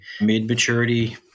mid-maturity